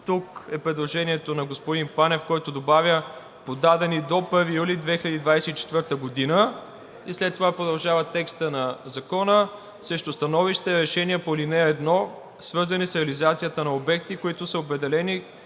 тук е предложението на господин Панев, който добавя „подадени до 1 юли 2024 г.“, и след това продължава текстът на Закона „срещу становища решения по ал. 1, свързани с реализацията на обекти, които са определени